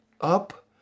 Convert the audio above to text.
up